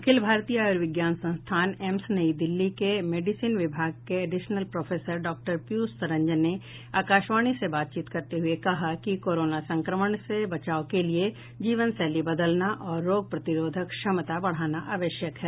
अखिल भारतीय आयुर्विज्ञान संस्थान एम्स नई दिल्ली के मेडिसिन विभाग के additional professor doctor Piyush Ranjan ने आकाशवाणी से बातचीत करते हुए कहा कि कोरोना संक्रमण से बचाव के लिये जीवनशैली बदलना और रोग प्रतिरोधक क्षमता बढ़ाना आवश्यक है